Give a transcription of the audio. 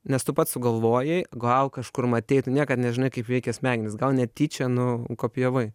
nes tu pats sugalvojai gal kažkur matei tu niekad nežinai kaip veikia smegenys gal netyčia nukopijavai